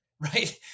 right